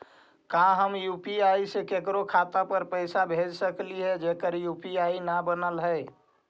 का हम यु.पी.आई से केकरो खाता पर पैसा भेज सकली हे जेकर यु.पी.आई न बनल है?